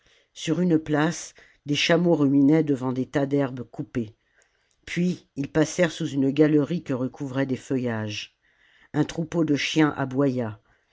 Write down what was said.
sur une place des chameaux ruminaient devant des tas d'herbes coupées puis ils passèrent sous une galerie que recouvraient des feuillages un troupeau de chiens